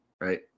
right